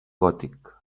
gòtic